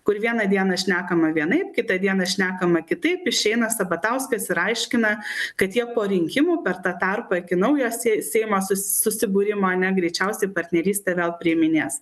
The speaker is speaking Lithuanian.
kur vieną dieną šnekama vienaip kitą dieną šnekama kitaip išeina sabatauskas ir aiškina kad jie po rinkimų per tą tarpą iki naujo sei seimą su susibūrimo ne greičiausiai partnerystę vėl priiminės